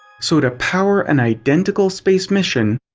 so to power an identical space mission,